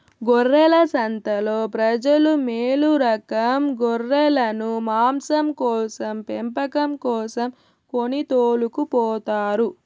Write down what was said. గొర్రెల సంతలో ప్రజలు మేలురకం గొర్రెలను మాంసం కోసం పెంపకం కోసం కొని తోలుకుపోతారు